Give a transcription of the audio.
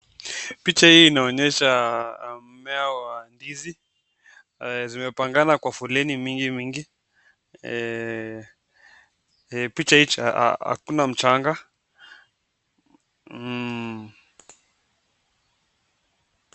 Picha hii inaonyesha mmea wa ndizi. zimepangana kwa foleni mingi mingi. Eh picha hii hakuna mchanga.